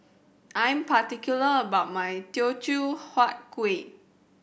I am particular about my Teochew Huat Kuih